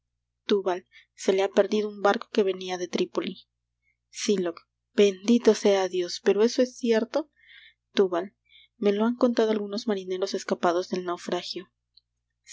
túbal se le ha perdido un barco que venia de trípoli sylock bendito sea dios pero eso es cierto túbal me lo han contado algunos marineros escapados del naufragio